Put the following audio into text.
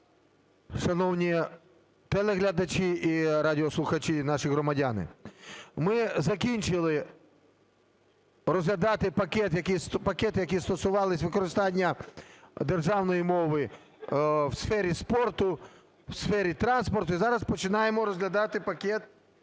шановні телеглядачі і радіослухачі наші громадяни! Ми закінчили розглядати пакети, які стосувалися використання державної мови в сфері спорту, в сфері транспорту. І зараз починаємо розглядати пакет